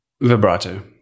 vibrato